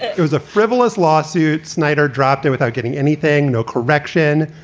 it was a frivolous lawsuit. snyder dropped and without getting anything. no correction,